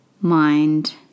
mind